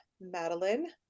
Madeline